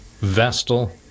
Vestal